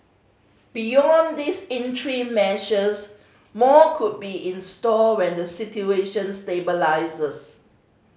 beyond these measures more could be in store when the situation stabilises